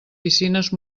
piscines